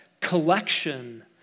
collection